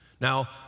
Now